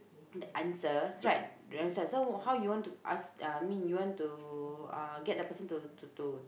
that answer right the answer so how you want to ask uh I mean you want to uh get the person to to to